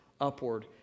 upward